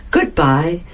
Goodbye